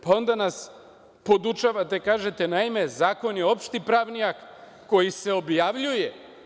Pa onda nas podučavate i kažete – Zakon je opšti pravni akt koji se objavljuje.